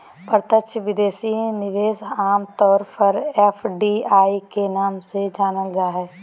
प्रत्यक्ष विदेशी निवेश आम तौर पर एफ.डी.आई के नाम से जानल जा हय